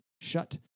shut